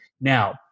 Now